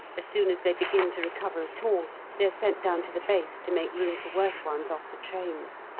as soon as they begin to recover at all they are sent down to the base to make room for worse ones off the trains.